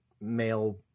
male